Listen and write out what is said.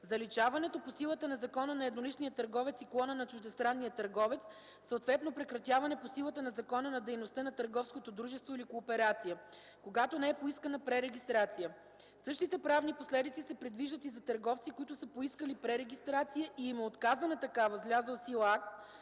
заличаване по силата на закона на едноличния търговец и клона на чуждестранния търговец, съответно прекратяване по силата на закона на дейността на търговското дружество или кооперация, когато не е поискана прерeгистрация. Същите правни последици се предвиждат и за търговци, които са поискали пререгистрация, и им е отказана такава с